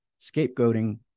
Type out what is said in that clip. scapegoating